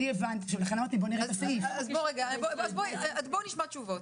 הבנו את השאלה, בוא נשמע תשובות.